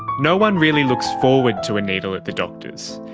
no one really looks forward to a needle at the doctors,